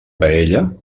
paella